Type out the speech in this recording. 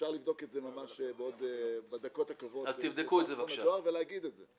אפשר לבדוק את זה בדקות הקרובות ולהגיד את זה.